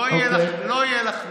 לא יהיה לך נעים.